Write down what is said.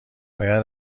باید